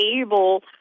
able